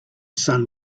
sun